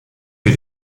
wir